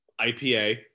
ipa